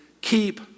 keep